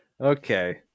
okay